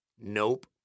Nope